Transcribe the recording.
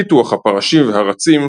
פיתוח הפרשים והרצים,